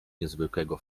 niezwykłego